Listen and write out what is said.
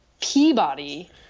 Peabody –